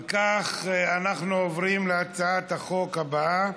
אם כך, אנחנו עוברים להצעת החוק הבאה,